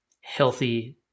healthy